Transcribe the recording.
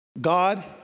God